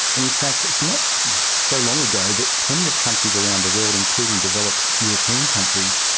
and in fact it's not so long ago that plenty of countries around the world, including developed european countries,